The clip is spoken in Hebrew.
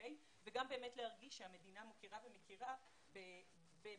וכולי וגם באמת להרגיש שהמדינה מוקירה ומכירה בבדידותם